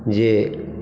जे